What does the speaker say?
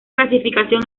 clasificación